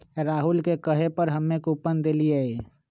राहुल के कहे पर हम्मे कूपन देलीयी